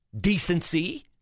decency